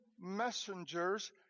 messengers